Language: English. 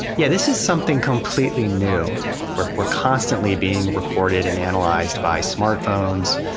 yeah, this is something completely new where we're constantly being recorded and analyzed by smartphones,